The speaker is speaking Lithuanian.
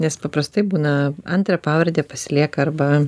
nes paprastai būna antrą pavardę pasilieka arba